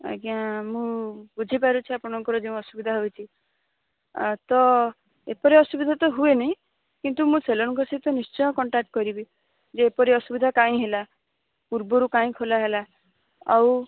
ଆଜ୍ଞା ମୁଁ ବୁଝିପାରୁଛି ଆପଣଙ୍କର ଯେଉଁ ଅସୁବିଧା ହେଉଛି ତ ଏପରି ଅସୁବିଧା ତ ହୁଏନି କିନ୍ତୁ ମୁଁ ସେଲରଙ୍କ ସହିତ ନିଶ୍ଚୟ କଣ୍ଟାକ୍ଟ କରିବି ଯେ ଏପରି ଅସୁବିଧା କାହିଁ ହେଲା ପୂର୍ବରୁ କାହିଁ ଖୋଲା ହେଲା ଆଉ